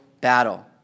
battle